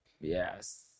Yes